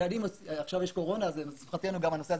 עכשיו יש קורונה ולכן לשמחתנו גם הנושא הזה